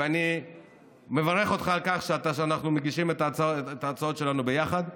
ואני מברך אותך על כך שאנחנו מגישים את ההצעות שלנו ביחד.